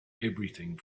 everything